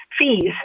fees